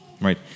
right